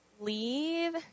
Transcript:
leave